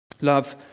Love